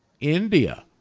India